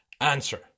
answer